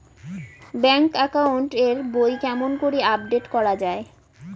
Bank account এর বই কেমন করি আপডেট করা য়ায়?